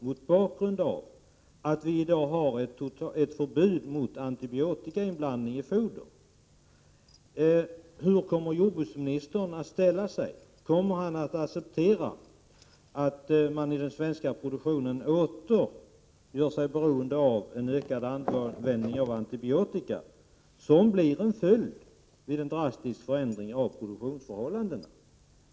Mot bakgrund av att Sverige i dag har ett förbud mot antibiotikainblandning i foder vill jag fråga: Hur kommer jordbruksministern att ställa sig, kommer jordbruksministern att acceptera att man i den svenska produktionen åter gör sig beroende av en ökad användning av antibiotika, som blir följden vid en drastisk förändring av produktionsförhållandena?